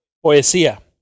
poesía